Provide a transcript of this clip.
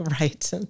Right